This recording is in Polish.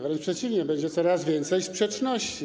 Wręcz przeciwnie - będzie coraz więcej sprzeczności.